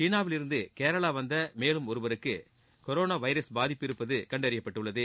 சீனாவிலிருந்து கேரளா வந்த மேலும் ஒருவருக்கு கொரோனா வைரஸ் பாதிப்பு இருப்பது கண்டறியப்பட்டுள்ளது